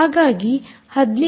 ಹಾಗಾಗಿ 15